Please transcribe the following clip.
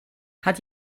hat